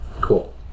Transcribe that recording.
Cool